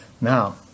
now